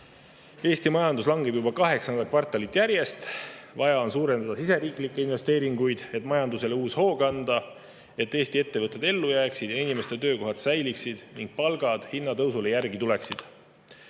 majandus langeb juba kaheksandat kvartalit järjest. Suurendada on vaja siseriiklikke investeeringuid, et majandusele uus hoog anda, et Eesti ettevõtted ellu jääksid ja inimeste töökohad säiliksid ning palgad hinnatõusule järgi tuleksid.